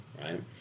right